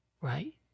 right